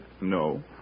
No